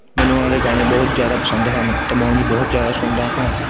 ਮੈਨੂੰ ਉਹਨਾਂ ਦਾ ਗਾਣੇ ਬਹੁਤ ਜ਼ਿਆਦਾ ਪਸੰਦ ਹਨ ਅਤੇ ਮੈਂ ਉਹਨੂੰ ਬਹੁਤ ਜ਼ਿਆਦਾ ਸੁਣਦਾ ਹਾਂ